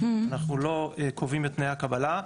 אנחנו לא קובעים את תנאי הקבלה,